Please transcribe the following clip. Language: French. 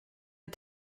les